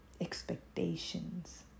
expectations